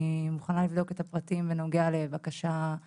אני מוכנה לבדוק את הפרטים בנוגע לבקשה ספציפית לבתי חולים.